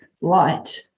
light